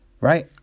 right